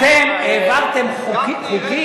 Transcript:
אתם העברתם חוקים,